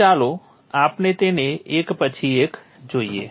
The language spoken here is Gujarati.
તો ચાલો આપણે તેમને એક પછી એક જોઈએ